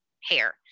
hair